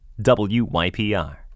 WYPR